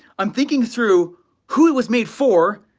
i'm thinking through who it was made for,